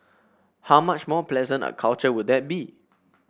how much more pleasant a culture would that be